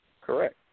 Correct